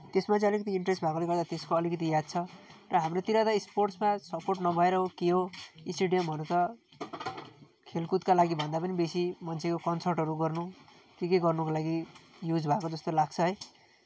त्यसमा चाहिँ अलिकिति इन्ट्रेस्ट भएकोले गर्दा त्यसको अलिकिति याद छ र हाम्रोतिर त स्पोर्ट्समा सपोर्ट नभएर हो के हो स्टेडियमहरू त खेलकुदका लागि भन्दा पनि बेसी मान्छेको कन्सर्टहरू गर्नु केके गर्नुको लागि युज भएको जस्तो लाग्छ है